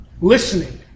Listening